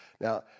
Now